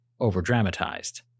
overdramatized